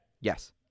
Yes